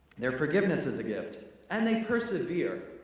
their forgiveness is a gift and they persevere!